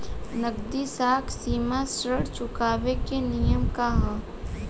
नगदी साख सीमा ऋण चुकावे के नियम का ह?